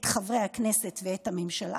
את חברי הכנסת ואת הממשלה,